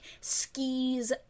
skis